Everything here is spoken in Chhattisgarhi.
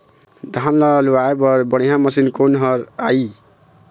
धान ला लुआय बर बढ़िया मशीन कोन हर आइ?